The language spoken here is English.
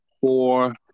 four